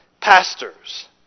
pastors